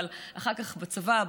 אבל אחר כך בצבא,